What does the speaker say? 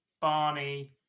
Barney